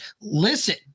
listen